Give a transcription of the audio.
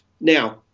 Now